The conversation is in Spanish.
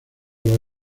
los